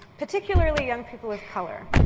particularly young people of color.